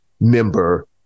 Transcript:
member